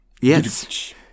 Yes